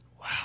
Wow